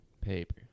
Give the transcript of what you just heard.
Paper